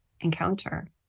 encounter